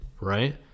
Right